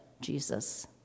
Jesus